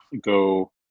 go